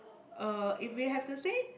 uh if we have to say